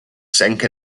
sank